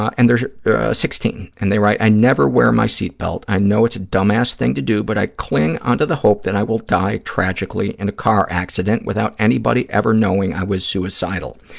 and they're sixteen and they write, i never wear my seatbelt. i know it's a dumbass thing to do, but i cling onto the hope that i will die tragically in a car accident without anybody ever knowing i was suicidal.